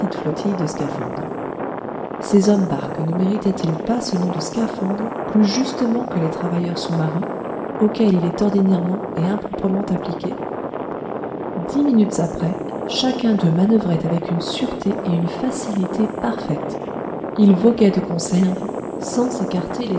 flottille de scaphandres ces hommes barques ne méritaient ils pas ce nom de scaphandres plus justement que les travailleurs sous-marins auxquels il est ordinairement et improprement appliqué dix minutes après chacun d'eux manoeuvrait avec une sûreté et une facilité parfaites ils voguaient de conserve sans s'écarter